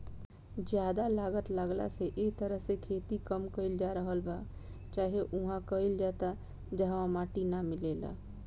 ज्यादा लागत लागला से ए तरह से खेती कम कईल जा रहल बा चाहे उहा कईल जाता जहवा माटी ना मिलेला